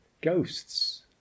ghosts